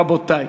רבותי.